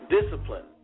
discipline